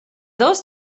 those